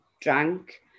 drank